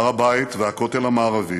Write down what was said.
הר הבית והכותל המערבי